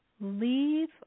Leave